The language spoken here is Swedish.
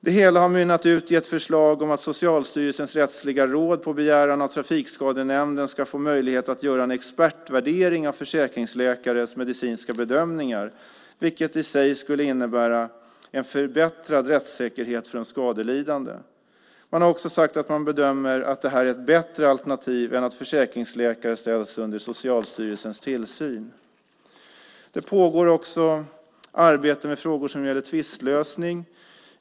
Det hela har mynnat ut i ett förslag om att Socialstyrelsens rättsliga råd på begäran av Trafikskadenämnden ska få möjlighet att göra en expertvärdering av försäkringsläkares medicinska bedömningar, vilket i sig skulle innebära en förbättrad rättssäkerhet för de skadelidande. Man har också sagt att man bedömer att detta är ett bättre alternativ än att försäkringsläkare ställs under Socialstyrelsens tillsyn. Det pågår också arbete med frågor som gäller tvistlösning.